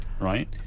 right